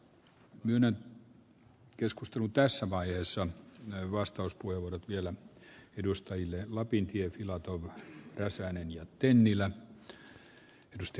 myönnän keskustelun tässä vaiheessa on vastaus kuivunut vielä edustajille lapintie tila touhua räsänen nyt linjanmuutosta